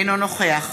אינו נוכח